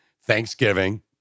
Thanksgiving